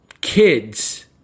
kids